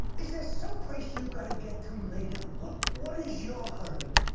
is there some place you got to get to later? what what is your hurry?